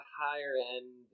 higher-end